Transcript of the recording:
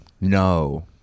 No